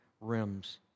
rims